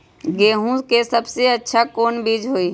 गेंहू के सबसे अच्छा कौन बीज होई?